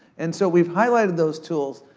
and so we've highlighted those tools.